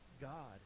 God